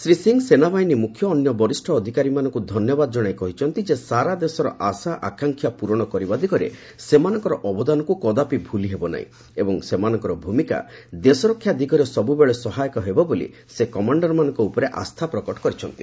ଶ୍ରୀ ସିଂହ ସେନାବାହିନୀ ମୁଖ୍ୟ ଓ ଅନ୍ୟ ବରିଷ୍ଠ ଅଧିକାରୀମାନଙ୍କୁ ଧନ୍ୟବାଦ କଣାଇ କହିଛନ୍ତି ସାରା ଦେଶର ଆଶା ଆକାଂକ୍ଷା ପ୍ରରଣ କରିବା ଦିଗରେ ସେମାନଙ୍କର ଅବଦାନକୁ କଦାପି ଭୂଲି ହେବ ନାହିଁ ଏବଂ ସେମାନଙ୍କର ଭୂମିକା ଦେଶରକ୍ଷା ଦିଗରେ ସବ୍ରବେଳେ ସହାୟକ ହେବ ବୋଲି ସେ କମାଣ୍ଡରମାନଙ୍କ ଉପରେ ଆସ୍ଥା ପ୍ରକଟ କରିଛନ୍ତି